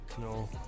No